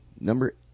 number